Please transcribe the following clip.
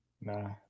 Nah